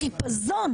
החיפזון